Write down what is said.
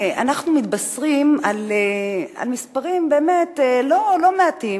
אנחנו מתבשרים על מספרים לא קטנים,